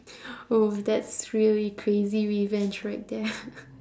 oh that's really crazy revenge right there